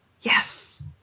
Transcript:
Yes